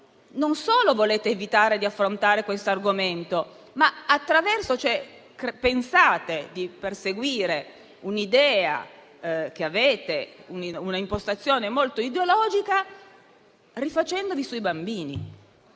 non solo volete evitare di affrontare questo argomento, ma pensate di perseguire un'impostazione molto ideologica rifacendovi sui bambini.